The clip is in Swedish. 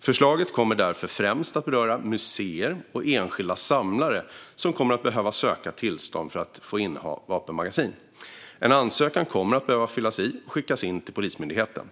Förslaget kommer därför främst att beröra museer och enskilda samlare, som kommer att behöva söka tillstånd för att få inneha vapenmagasin. En ansökan kommer att behöva fyllas i och skickas in till Polismyndigheten.